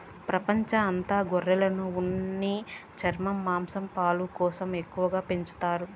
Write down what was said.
ప్రపంచం అంత గొర్రెలను ఉన్ని, చర్మం, మాంసం, పాలు కోసం ఎక్కువగా పెంచుతారు